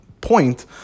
point